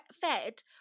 fed